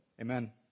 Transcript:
Amen